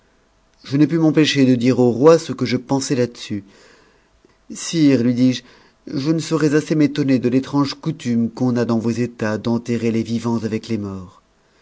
je ne pus m'empêcher de dire au roi ce que je pensais dessus sire lui dis-je je ne saurais assez m'étonner de l'étrange cnn fume qu'on a dans vos états d'enterrer les vivants avec les morts